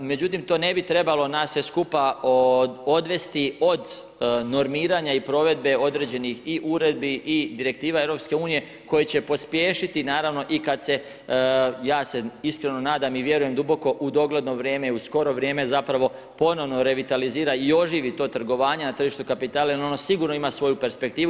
Međutim to ne bi trebalo nas sve skupa odvesti od normiranja i provedbe određenih i uredbi i direktiva EU-a koje će pospješiti naravno i kad se, ja se iskreno nadam i vjerujem duboko u dogledno vrijeme, u skoro vrijeme zapravo ponovno revitalizira i oživi ta trgovanja na tržištu kapitala jer ono sigurno ima svoju perspektivu.